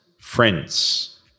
friends